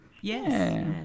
Yes